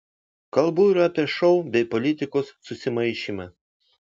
kalbu ir apie šou bei politikos susimaišymą